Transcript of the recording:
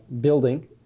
building